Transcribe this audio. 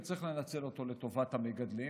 צריך לנצל אותו לטובת המגדלים,